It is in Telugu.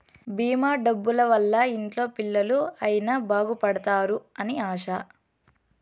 భీమా డబ్బుల వల్ల ఇంట్లో పిల్లలు అయిన బాగుపడుతారు అని ఆశ